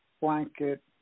blanket